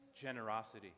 generosity